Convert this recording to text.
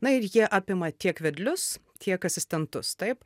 na ir jie apima tiek vedlius tiek asistentus taip